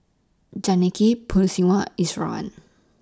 Janaki Peyush Iswaran